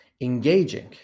engaging